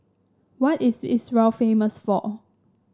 what is Israel famous for